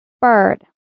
Bird